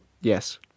Yes